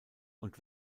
und